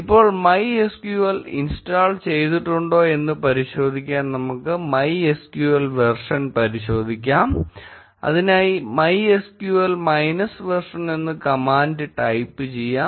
ഇപ്പോൾ MySQL install ചെയ്തിട്ടുണ്ടോ എന്ന് പരിശോധിക്കാൻനമുക്ക് MySQL വേർഷൻ പരിശോധിക്കാം അതിനായി MySQL minus version എന്ന കമാൻഡ് ടൈപ്പ് ചെയ്യാം